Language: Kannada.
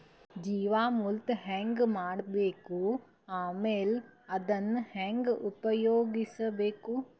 ಜೀವಾಮೃತ ಹೆಂಗ ಮಾಡಬೇಕು ಆಮೇಲೆ ಅದನ್ನ ಹೆಂಗ ಉಪಯೋಗಿಸಬೇಕು?